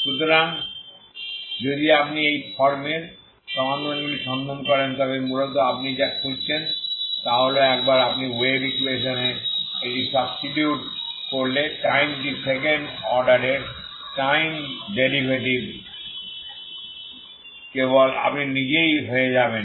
সুতরাং যদি আপনি এই ফর্মের সমাধানগুলি সন্ধান করেন তবে মূলত আপনি যা খুঁজছেন তা হল একবার আপনি ওয়েভ ইকুয়েশন এ এটি সাবস্টিটিউট করলে টাইমটি সেকেন্ড অর্ডার এর টাইম ডেরিভেটিভ কেবল আপনি নিজেই হয়ে যাবেন